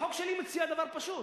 החוק שלי מציע דבר פשוט: